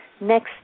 Next